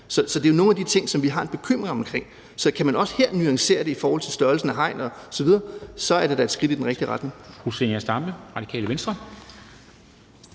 ud. Det er jo nogle af de ting, vi har en bekymring omkring. Så hvis man også her kan nuancere det i forhold til størrelse af hegn osv., er det da et skridt i den rigtige retning.